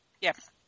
Yes